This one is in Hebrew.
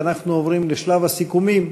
ואנחנו עוברים לשלב הסיכומים,